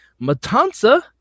Matanza